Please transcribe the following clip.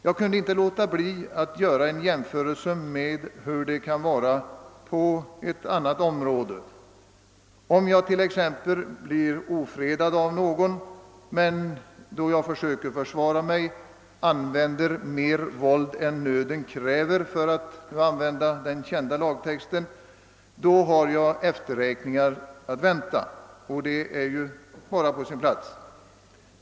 Jag kan inte låta bli att göra en jämförelse med hur det kan vara på ett annat område. Om jag t.ex. blir ofredad av någon och, då jag försöker försvara mig, använder mera våld än nöden kräver — som det heter i den kända lagtexten — så har jag efterräkningar att vänta, och det är bara på sin plats.